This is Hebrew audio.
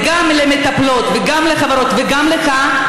וגם למטפלות וגם לחברות וגם לך.